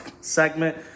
segment